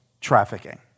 trafficking